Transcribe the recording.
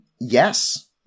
Yes